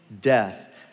death